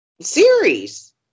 series